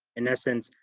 in essence,